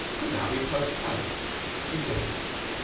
could now be postponed indefinitely.